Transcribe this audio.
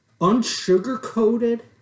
unsugar-coated